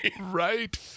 right